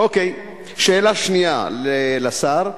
שאלה שנייה לשר: